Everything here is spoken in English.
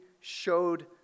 showed